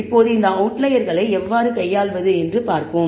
இப்போது இந்த அவுட்லயர்களை எவ்வாறு கையாள்வது என்று பார்ப்போம்